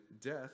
death